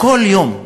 כל יום,